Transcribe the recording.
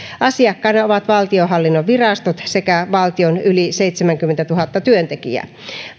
asiakkaina ovat valtionhallinnon virastot sekä valtion yli seitsemänkymmentätuhatta työntekijää